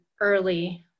early